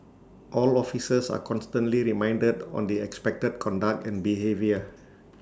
all officers are constantly reminded on the expected conduct and behaviour